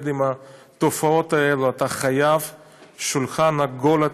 עם התופעות האלה אתה חייב שולחן עגול,